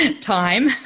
time